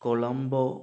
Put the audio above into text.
Colombo